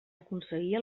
aconseguia